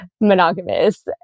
monogamous